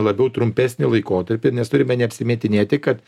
labiau trumpesnį laikotarpį nes turime neapsimetinėti kad